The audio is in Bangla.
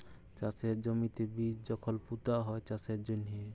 চাষের জমিতে বীজ যখল পুঁতা হ্যয় চাষের জ্যনহে